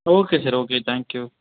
okay sir okay thank you